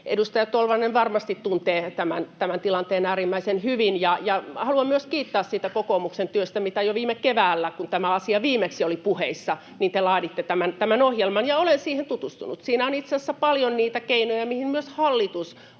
Edustaja Tolvanen varmasti tuntee tämän tilanteen äärimmäisen hyvin, ja haluan myös kiittää siitä kokoomuksen työstä, mitä teitte jo viime keväällä, kun tämä asia viimeksi oli puheissa. Te laaditte tämän ohjelman, ja olen siihen tutustunut. Siinä on itse asiassa paljon niitä keinoja, mihin myös hallitus